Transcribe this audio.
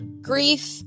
Grief